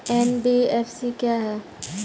NBFC क्या है?